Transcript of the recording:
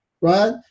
right